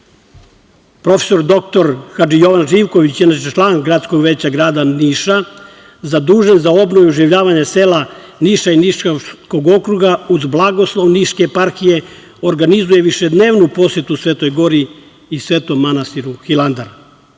Profesor dr Hadži Jovan Živković, inače član gradskog veća grada Niša, zadužen za obnovu i oživljavanje sela Niša i Niškog okruga, uz blagoslov Niške eparhije, organizuje višednevnu posetu Svetoj gori i Svetom manastiru Hilandar.